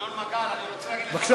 ינון מגל, אני רוצה להגיד לך משהו.